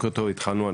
התחלנו.